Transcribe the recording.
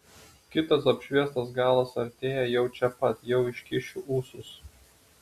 kitas apšviestas galas artėja jau čia pat jau iškišiu ūsus